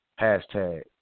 hashtag